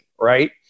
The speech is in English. right